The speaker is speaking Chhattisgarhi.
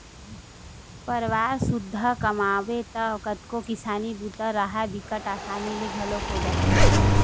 परवार सुद्धा कमाबे त कतको किसानी बूता राहय बिकट असानी ले घलोक हो जाथे